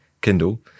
Kindle